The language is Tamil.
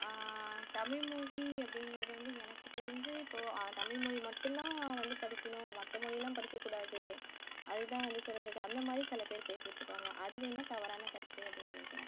தமிழ் மொழி அப்படிங்கிறது வந்து எனக்குத் தெரிஞ்சு இப்போது தமிழ்மொழி மட்டும் தான் வந்து படிக்கணும் மற்ற மொழியெலாம் படிக்கக்கூடாது அது தான் வந்து சிறந்தது அந்த மாதிரி சில பேர் பேசிட்டிருக்காங்க அது வேண்ணால் தவறான கருத்து அப்படின்னு நினைக்கிறேன்